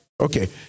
Okay